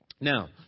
Now